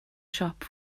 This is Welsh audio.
siop